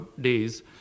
days